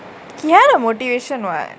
kena motivation [what]